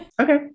Okay